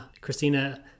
Christina